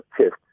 test